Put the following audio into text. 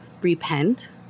repent